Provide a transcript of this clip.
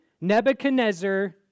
Nebuchadnezzar